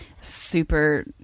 super